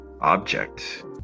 object